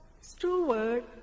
steward